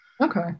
Okay